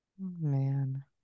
Man